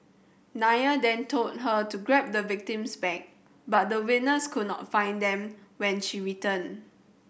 Nair then told her to grab the victim's bag but the witness could not find them when she returned